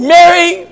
Mary